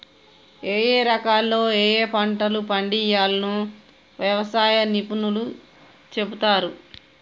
ఏయే కాలాల్లో ఏయే పంటలు పండియ్యాల్నో వ్యవసాయ నిపుణులు చెపుతారు